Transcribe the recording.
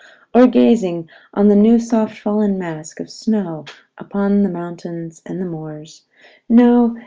or gazing on the new soft-fallen mask of snow upon the mountains and the moors no,